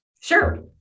Sure